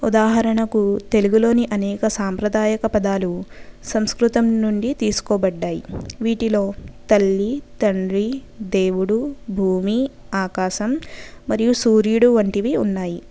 ఉదాహరణకు తెలుగులోని అనేక సాంప్రదాయాక పదాలు సంస్కృతం నుండి తీసుకోబడ్డాయి వీటిలో తల్లి తండ్రి దేవుడు భూమి ఆకాశం మరియు సూర్యుడు వంటివి ఉన్నాయి